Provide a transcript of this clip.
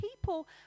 people